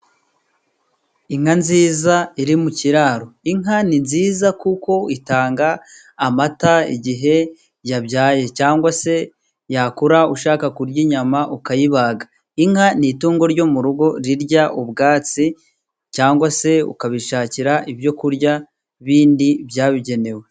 Inka nziza iri mu kiraro. Inka ni nziza kuko itanga amata igihe yabyaye， cyangwa se yakura ushaka kurya inyama， ukayibaga. Inka ni itungo ryo mu rugo rirya ubwatsi，cyangwa se ukayishakira ibyoku kurya bindi，byayigenewe.